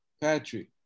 Patrick